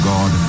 God